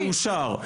מאושר.